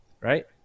right